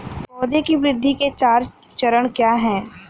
पौधे की वृद्धि के चार चरण क्या हैं?